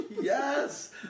Yes